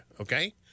okay